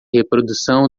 reprodução